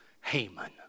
Haman